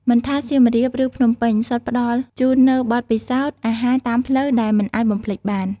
មិនថាសៀមរាប ឬភ្នំពេញ សុទ្ធផ្តល់ជូននូវបទពិសោធន៍អាហារតាមផ្លូវដែលមិនអាចបំភ្លេចបាន។